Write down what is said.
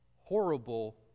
horrible